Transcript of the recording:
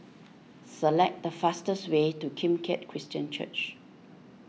select the fastest way to Kim Keat Christian Church